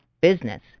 business